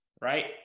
right